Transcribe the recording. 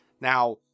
Now